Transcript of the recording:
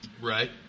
Right